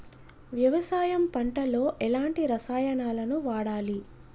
వ్యవసాయం పంట లో ఎలాంటి రసాయనాలను వాడాలి?